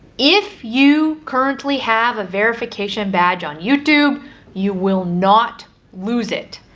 if you currently have a verification badge on youtube you will not lose it.